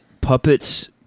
Puppets